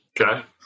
Okay